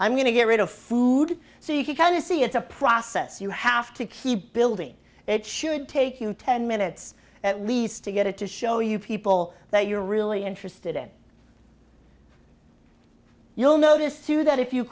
i'm going to get rid of food so you can see it's a process you have to keep building it should take you ten minutes at least to get it to show you people that you're really interested in you'll notice too that if you